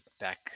back